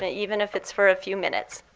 ah even if it's for a few minutes.